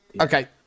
okay